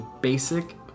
Basic